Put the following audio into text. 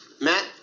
Matt